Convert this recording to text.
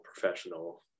professional